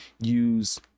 use